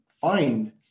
find